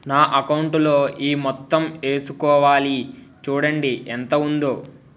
నా అకౌంటులో ఈ మొత్తం ఏసుకోవాలి చూడండి ఎంత ఉందో